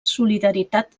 solidaritat